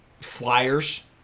Flyers